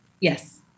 Yes